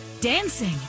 dancing